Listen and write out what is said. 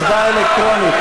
הצבעה אלקטרונית.